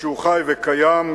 שהוא חי וקיים,